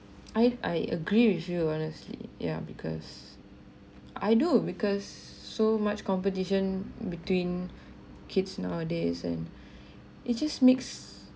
I I agree with you honestly ya because I do because so much competition between kids nowadays and it just makes